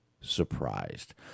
surprised